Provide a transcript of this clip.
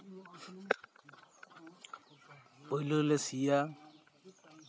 ᱯᱳᱭᱞᱳ ᱞᱮ ᱥᱤᱭᱟ